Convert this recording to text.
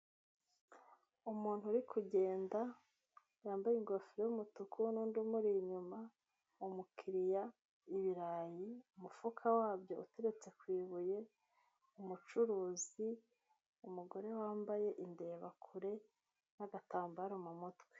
Umuntu uri kugenda, yambaye ingofero y'umutuku n'undi umuri inyuma, umukiriya, ibirayi, umufuka wabyo uteretse ku ibuye, umucuruzi, umugore wambaye indebakure n'agatambaro mu mutwe.